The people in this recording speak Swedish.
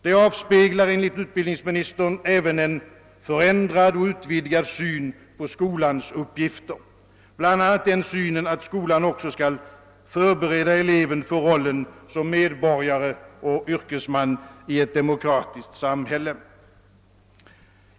De avspeglar enligt utbildningsministern även en förändrad och utvidgad syn på skolans uppgifter, bl.a. att skolan också skall förbereda eleven för rollen som medborgare och yrkesman i ett demokratiskt samhälle.